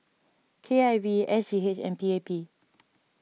K I V S G H and P A P